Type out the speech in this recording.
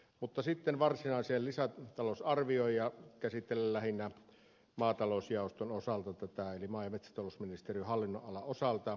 mutta sitten varsinaiseen lisätalousarvioon ja käsittelen tätä lähinnä maatalousjaoston eli maa ja metsätalousministeriön hallinnonalan osalta